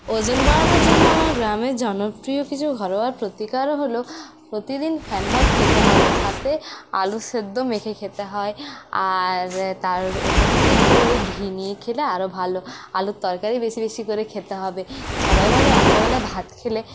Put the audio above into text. ওজন বাড়ানোর জন্য আমার গ্রামের জনপ্রিয় কিছু ঘরোয়া প্রতিকার হল প্রতিদিন ফ্যানভাত খেতে হবে সাথে আলুসেদ্ধ মেখে খেতে হয় আর তার উপর থেকে একটুখানি ঘি নিয়ে খেলে আরো ভালো আলুর তরকারি বেশি বেশি করে খেতে হবে সবাই বলে রাত্রেবেলা ভাত খেলে